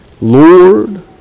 Lord